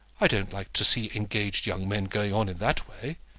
i don't like to see engaged young men going on in that way.